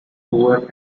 poor